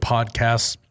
Podcasts